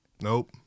Nope